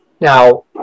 Now